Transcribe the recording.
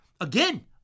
again